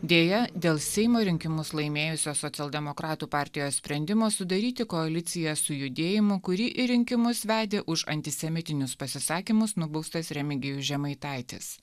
deja dėl seimo rinkimus laimėjusios socialdemokratų partijos sprendimo sudaryti koaliciją su judėjimu kurį į rinkimus vedė už antisemitinius pasisakymus nubaustas remigijus žemaitaitis